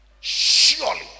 surely